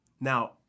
Now